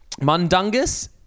Mundungus